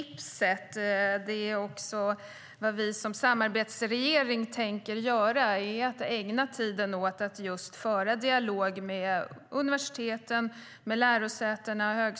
Det ser man när man kommer dit.